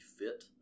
fit